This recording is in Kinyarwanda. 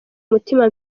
mutima